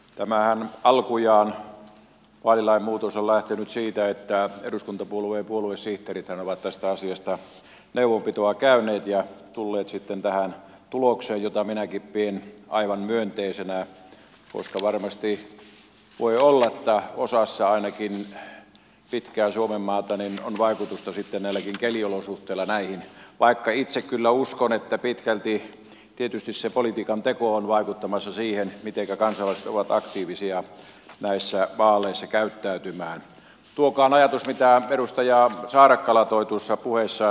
tämä alkujaan parilain muutos on lähtenyt siitä että eduskuntapuolueen puoluesihteerit ovat tästä asiasta neuvonpitoa käyneet ja tulleet sitten tähän tulokseen jota minäkin pidin aivan myönteisenä koska varmasti voi olla täällä oslossa ainakin pitkään suomenmaa toinen on vaikutusta pitemmällekin keliolosuhteilla näihin vaikka itse kyllä uskon että pitkälti tietysti se politiikantekoon vaikuttamassa siihen mitenkä kansalaiset ovat aktiivisia näissä olisi käyttäytymään tuokaan ajatus mitä edustaja saarakkala toitussa puheessa